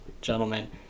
gentlemen